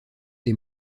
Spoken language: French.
des